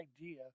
idea